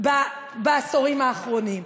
בעשורים האחרונים.